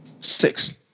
Six